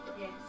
Yes